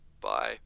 bye